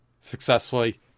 successfully